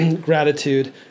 gratitude